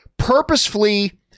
purposefully